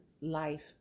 life